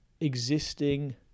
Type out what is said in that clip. existing